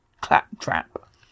claptrap